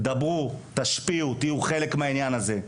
דברו, תשפיעו, תהיו חלק מהעניין הזה.